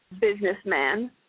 businessman